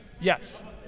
Yes